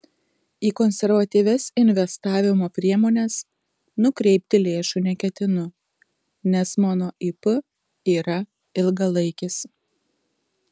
į konservatyvias investavimo priemones nukreipti lėšų neketinu nes mano ip yra ilgalaikis